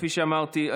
כפי שאמרתי,